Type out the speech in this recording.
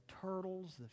turtles